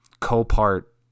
co-part